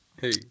Hey